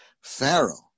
Pharaoh